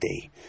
day